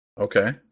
Okay